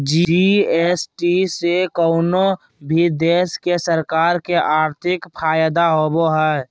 GST से कउनो भी देश के सरकार के आर्थिक फायदा होबो हय